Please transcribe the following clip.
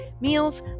meals